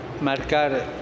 marcar